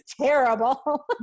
terrible